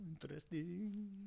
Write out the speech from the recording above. Interesting